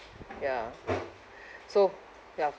ya so ya